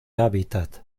hábitat